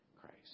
Christ